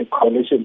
coalition